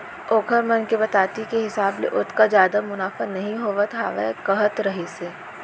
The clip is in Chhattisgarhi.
ओखर मन के बताती के हिसाब ले ओतका जादा मुनाफा नइ होवत हावय कहत रहिस हे